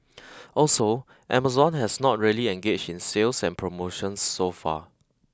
also Amazon has not really engaged in sales and promotions so far